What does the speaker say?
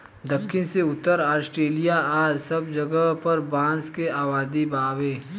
दखिन से उत्तरी ऑस्ट्रेलिआ सब जगह पर बांस के आबादी बावे